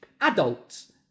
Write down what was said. adults